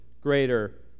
Greater